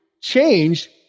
change